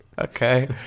Okay